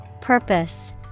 Purpose